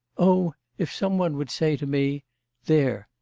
oh, if some one would say to me there,